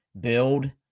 build